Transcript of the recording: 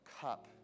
cup